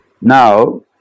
Now